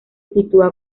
sitúa